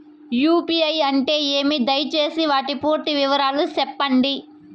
UPI అంటే ఏమి? దయసేసి వాటి పూర్తి వివరాలు సెప్పండి?